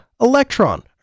Electron